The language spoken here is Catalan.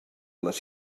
les